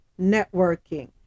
Networking